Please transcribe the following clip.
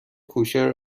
کوشر